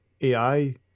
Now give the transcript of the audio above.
AI